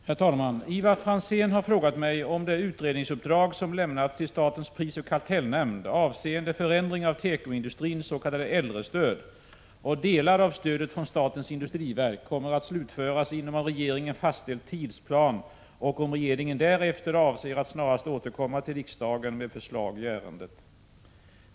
Herr talman! Ivar Franzén har frågat mig om det utredningsuppdrag som lämnats till statens prisoch kartellnämnd avseende förändring av tekoindustrins s.k. äldrestöd och delar av stödet från statens industriverk kommer att slutföras inom av regeringen fastställd tidsplan och om regeringen därefter avser att snarast återkomma till riksdagen med förslag i ärendet.